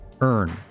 earn